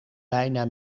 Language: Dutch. bijna